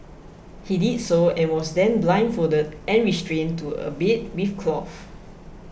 he did so and was then blindfolded and restrained to a bed with cloth